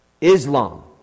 Islam